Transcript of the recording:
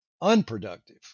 unproductive